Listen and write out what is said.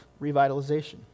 revitalization